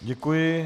Děkuji.